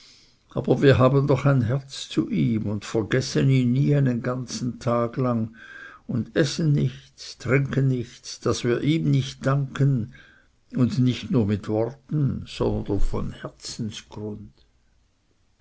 aber wir haben doch ein herz zu ihm und vergessen ihn nie einen ganzen tag lang und essen nichts trinken nichts daß wir ihm nicht danken und nicht nur mit worten sondern von herzensgrund